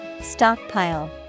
Stockpile